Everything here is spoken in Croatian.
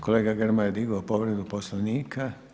Kolega Grmoja digao povredu poslovnika.